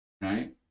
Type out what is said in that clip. right